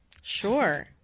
Sure